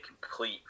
complete